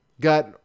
got